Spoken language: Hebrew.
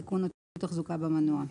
תיקון או טיפול תחזוקה במנוע.